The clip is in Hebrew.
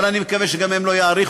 אבל אני מקווה שהם לא יאריכו,